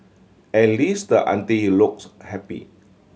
at least the aunty looks happy